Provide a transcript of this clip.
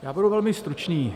Já budu velmi stručný.